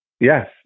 Yes